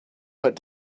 but